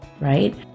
right